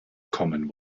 commen